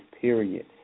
period